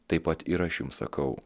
taip pat ir aš jums sakau